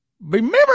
remember